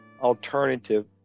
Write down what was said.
alternative